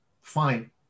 fine